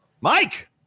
Mike